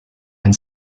and